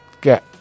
get